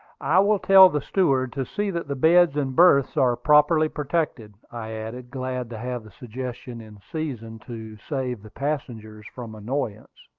i will tell the steward to see that the beds and berths are properly protected, i added, glad to have the suggestion in season to save the passengers from annoyance.